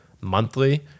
monthly